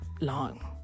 long